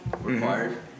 Required